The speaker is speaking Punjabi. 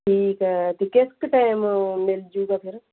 ਠੀਕ ਹੈ ਅਤੇ ਕਿਸ ਟਾਈਮ ਮਿਲ ਜਾਊਗਾ ਫਿਰ